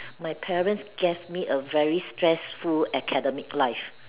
my parents gave me a very stressful academic life